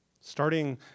Starting